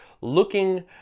looking